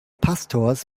pastors